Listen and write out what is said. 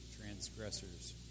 transgressors